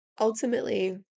ultimately